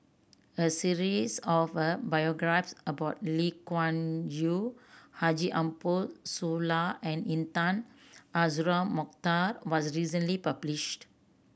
a series of a biographies about Lee Wung Yew Haji Ambo Sooloh and Intan Azura Mokhtar was recently published